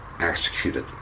executed